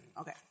Okay